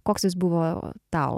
koks jis buvo tau